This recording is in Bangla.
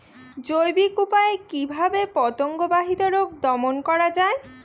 জৈবিক উপায়ে কিভাবে পতঙ্গ বাহিত রোগ দমন করা যায়?